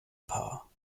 paar